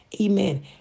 Amen